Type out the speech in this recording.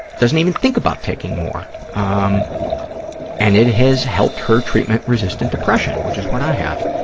doesn't even think about taking more. um and it has helped her treatment-resistant depression, which is what i have,